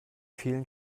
vielen